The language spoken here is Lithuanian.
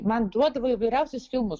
man duodavo įvairiausius filmus